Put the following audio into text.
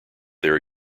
there